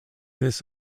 this